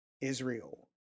Israel